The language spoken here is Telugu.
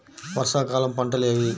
వర్షాకాలం పంటలు ఏవి?